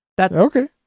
Okay